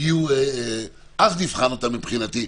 אז נבחן אותם מבחינתי.